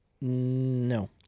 No